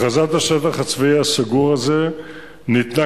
הכרזת השטח הצבאי הסגור הזה ניתנה,